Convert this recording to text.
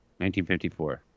1954